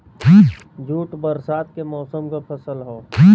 jute बरसात के मौसम क फसल हौ